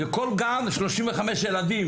לכל גן 35 ילדים,